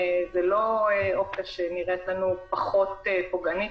זו לא אופציה שנראית לנו פחות פוגענית